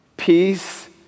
Peace